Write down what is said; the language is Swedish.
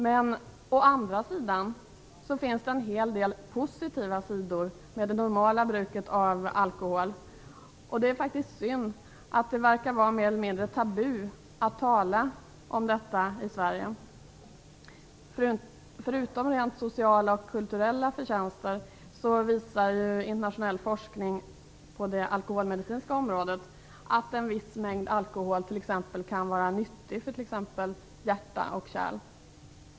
Men å andra sidan finns det en hel del positiva sidor med det normala bruket av alkohol, och det är faktiskt synd att det verkar vara mer eller mindre tabu att tala om detta i Sverige. Förutom rent sociala och kulturella förtjänster visar ju internationell forskning på det alkoholmedicinska området att en viss mängd alkohol kan vara nyttig för t.ex. hjärta och kärl.